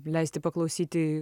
leisti paklausyti